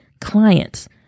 Clients